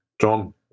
John